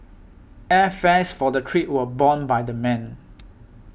airfares for the trip were borne by the men